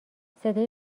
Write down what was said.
صدای